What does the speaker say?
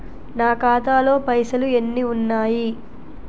నా ఖాతాలో పైసలు ఎన్ని ఉన్నాయి?